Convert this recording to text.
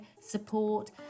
support